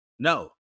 no